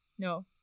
No